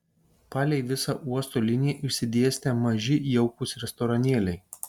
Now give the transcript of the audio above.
palei visą uosto liniją išsidėstę maži jaukūs restoranėliai